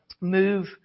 move